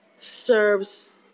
serves